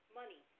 money